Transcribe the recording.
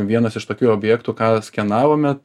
vienas iš tokių objektų ką skenavome